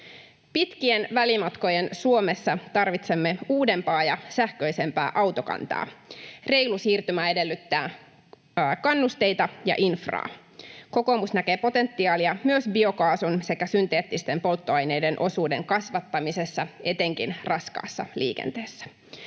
Pitkien välimatkojen Suomessa tarvitsemme uudempaa ja sähköisempää autokantaa. Reilu siirtymä edellyttää kannusteita ja infraa. Kokoomus näkee potentiaalia myös biokaasun sekä synteettisten polttoaineiden osuuden kasvattamisessa, etenkin raskaassa liikenteessä.